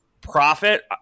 profit